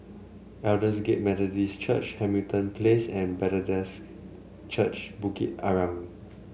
Aldersgate Methodist Church Hamilton Place and Bethesda's Church Bukit Arang